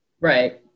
right